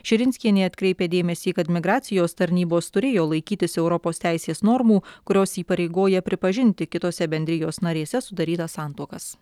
širinskienė atkreipė dėmesį kad migracijos tarnybos turėjo laikytis europos teisės normų kurios įpareigoja pripažinti kitose bendrijos narėse sudarytas santuokas